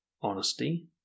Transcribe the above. Honesty